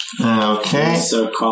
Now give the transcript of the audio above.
Okay